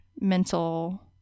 mental